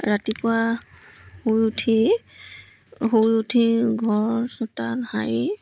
ৰাতিপুৱা শুই উঠি শুই উঠি ঘৰ চোতাল সাৰি